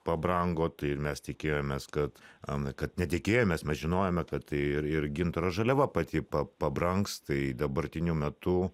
pabrango tai ir mes tikėjomės kad an kad ne tikėjomės mes žinojome kad ir ir gintaro žaliava pati pab pabrangs tai dabartiniu metu